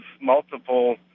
multiple